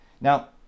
now